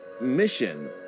mission